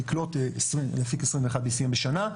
להפיק 21 BCM בשעה,